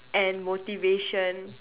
and motivation